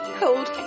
cold